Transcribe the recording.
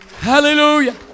Hallelujah